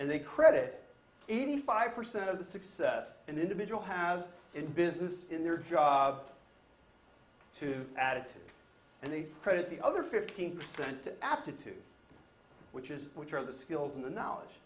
and they credit eighty five percent of the success an individual have in business in their job to attitude and they spread the other fifteen percent aptitude which is which are the skills and the knowledge